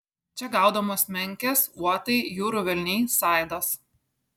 čia gaudomos menkės uotai jūrų velniai saidos